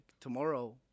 tomorrow